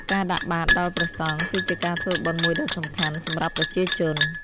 ការដាក់បាតដល់ព្រះសង្ឃ គឺជាការធ្វើបុណ្យមួយដ៏សំខាន់សម្រាប់ប្រជាជន។